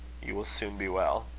you will soon be well.